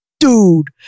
Dude